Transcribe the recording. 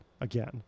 again